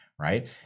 right